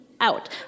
out